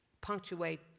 punctuate